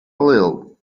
little